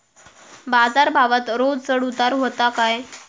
बाजार भावात रोज चढउतार व्हता काय?